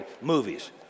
movies